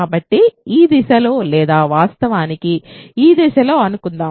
కాబట్టి ఈ దిశలో లేదా వాస్తవానికి ఈ దిశలో అనుకుందాం